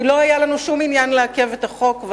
כי לא היה לנו שום עניין לעכב את החוק,